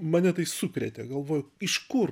mane tai sukrėtė galvoju iš kur